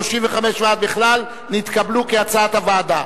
35 ועד בכלל נתקבלו כהצעת הוועדה.